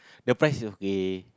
the price is okay